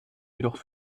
jedoch